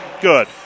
good